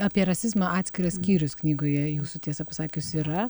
apie rasizmą atskiras skyrius knygoje jūsų tiesa pasakius yra